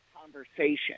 Conversation